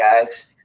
guys